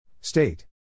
State